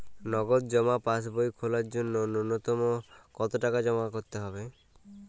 নগদ জমা পাসবই খোলার জন্য নূন্যতম কতো টাকা জমা করতে হবে?